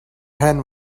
hen